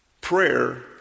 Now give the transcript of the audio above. Prayer